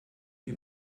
wir